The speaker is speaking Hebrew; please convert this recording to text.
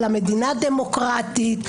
מדינה דמוקרטית,